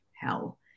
hell